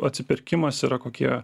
atsipirkimas yra kokie